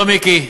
לא, מיקי,